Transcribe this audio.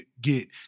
get